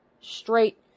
straight